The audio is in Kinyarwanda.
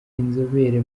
inzobere